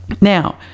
Now